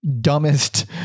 dumbest